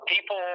people